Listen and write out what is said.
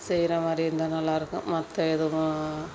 செய்கிற மாதிரி இருந்தால் நல்லா இருக்கும் மற்ற எதுவும்